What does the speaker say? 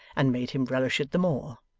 and made him relish it the more,